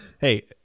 Hey